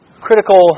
critical